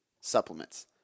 supplements